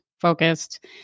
focused